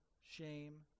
shame